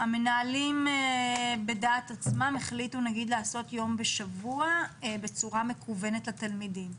המנהלים על דעת עצמם החליטו לעשות יום בשבוע בצורה מקוונת לתלמידים,